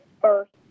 first